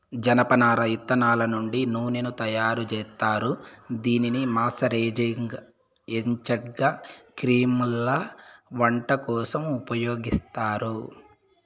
జనపనార ఇత్తనాల నుండి నూనెను తయారు జేత్తారు, దీనిని మాయిశ్చరైజింగ్ ఏజెంట్గా క్రీమ్లలో, వంట కోసం ఉపయోగిత్తారు